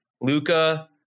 Luca